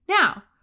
Now